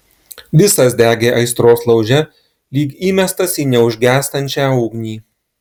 visas degė aistros lauže lyg įmestas į neužgęstančią ugnį